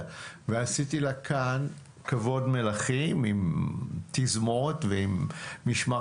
ועשיתי לה כאן כבוד מלכים עם תזמורת ועם משמר